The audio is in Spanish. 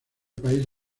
país